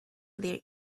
their